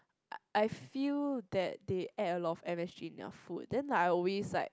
I I feel that they add a lot of M_S_G in our food then like I will always like